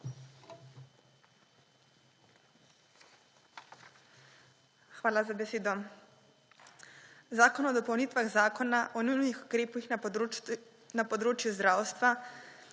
Hvala za besedo. Zakon o dopolnitvah Zakona o nujnih ukrepih na področju zdravstva